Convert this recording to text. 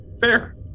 Fair